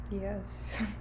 Yes